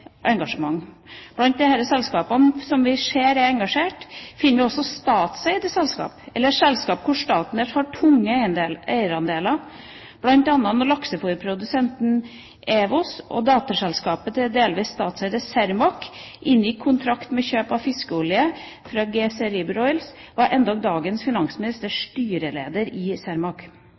engasjement. Blant de selskapene som vi ser er engasjert, finner vi også statseide selskaper, eller selskaper hvor staten har tunge eierandeler. Blant annet da laksefôrprodusenten EWOS, datterselskapet til det delvis statseide Cermaq, inngikk kontrakt om kjøp av fiskeolje fra GC Rieber Oils, var endog dagens finansminister styreleder i Cermaq.